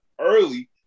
early